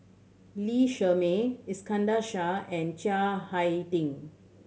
Lee Shermay Iskandar Shah and Chiang Hai Ding